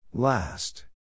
Last